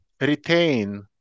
retain